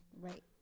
Right